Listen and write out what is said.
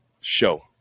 show